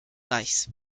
reichs